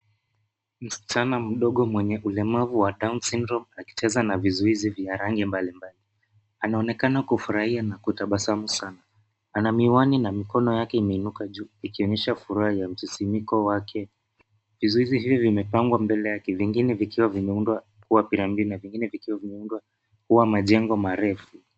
Msichana mdogo mwenye ulemavu wa Down's syndrome , akicheza na vizuizi vya rangi mbalimbali. Anaonekana kufurahia na kutabasamu sana. Ana miwani na mikono yake imeinuka juu ikionyesha furaha ya msisimiko yake. Vizuizi hivi vimepangwa mbele yake, vingine vikiwa vimeundwa kuwa piramidi, na vingine vikiwa vimeundwa kuwa majengo marefu.